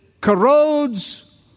corrodes